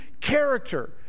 character